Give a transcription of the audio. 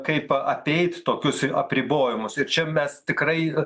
kaip apeit tokius apribojimus ir čia mes tikrai